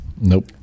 Nope